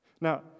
Now